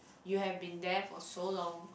you have been there for so long